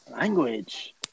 Language